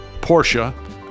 Porsche